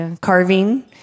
carving